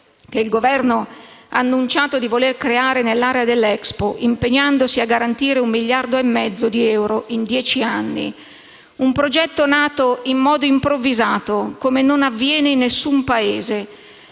che il Governo ha annunciato di voler creare nell'area dell'Expo, impegnandosi a garantire 1,5 miliardi di euro in dieci anni. Un progetto nato in modo improvvisato come non avviene in nessun Paese,